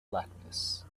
blackness